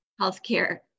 healthcare